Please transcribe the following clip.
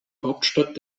hauptstadt